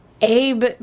Abe